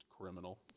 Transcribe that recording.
criminal